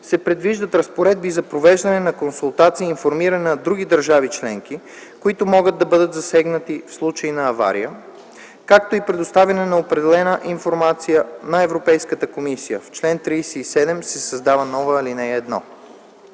се предвиждат разпоредби за провеждане на консултации и информиране на други държави членки, които могат да бъдат засегнати в случай на авария, както и предоставяне на определена информация на Европейската комисия (в чл. 37 се създава нова алинея 1).